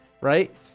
right